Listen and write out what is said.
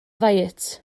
ddiet